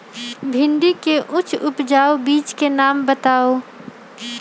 भिंडी के उच्च उपजाऊ बीज के नाम बताऊ?